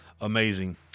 amazing